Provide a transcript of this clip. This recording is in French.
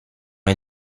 est